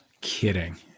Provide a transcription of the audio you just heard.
kidding